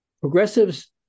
progressives